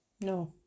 No